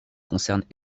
concernent